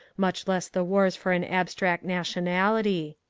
much less the wars for an abstract nationality.